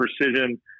precision